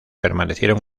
permanecieron